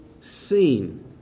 seen